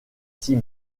six